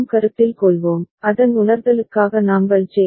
நாம் கருத்தில் கொள்வோம் அதன் உணர்தலுக்காக நாங்கள் ஜே